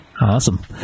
Awesome